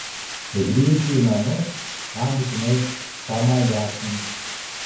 kai grįši į namus man būtinai pamajačink